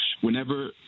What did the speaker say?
whenever